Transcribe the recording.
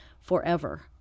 forever